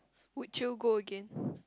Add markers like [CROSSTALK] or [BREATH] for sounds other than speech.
would you go again [BREATH]